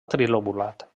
trilobulat